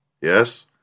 yes